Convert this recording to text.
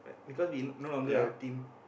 because we no longer a team